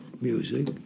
music